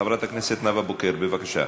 חברת הכנסת נאוה בוקר, בבקשה.